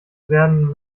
werden